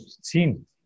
seen